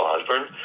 Osborne